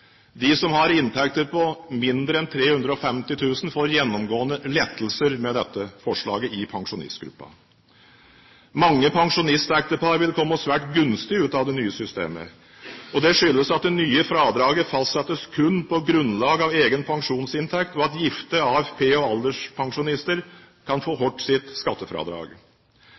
De som har inntekter på mindre enn 350 000 kr, får gjennomgående lettelser med dette forslaget i pensjonistgruppen. Mange pensjonistektepar vil komme svært gunstig ut av det nye systemet. Det skyldes at det nye fradraget fastsettes kun på grunnlag av egen pensjonsinntekt, og at gifte AFP- og alderspensjonister kan få hvert sitt skattefradrag.